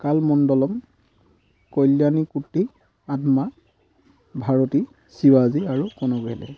কালমণ্ডলম কল্যাণী কুতি আদ্মা ভাৰতী শিৱাজী আৰু